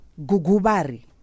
Gugubari